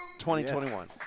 2021